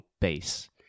base